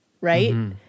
right